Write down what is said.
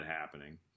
happening